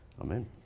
Amen